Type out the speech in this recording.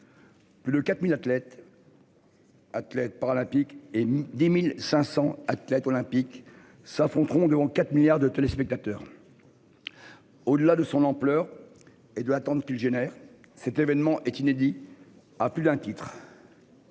athlètes. Athlète paralympique et 10.500 athlètes olympiques s'affronteront dont 4 milliards de téléspectateurs. Au-delà de son ampleur et de attendent qu'il génère. Cet événement est inédit à plus d'un titre.